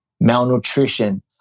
malnutrition